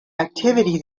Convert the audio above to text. activity